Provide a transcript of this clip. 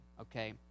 okay